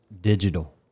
digital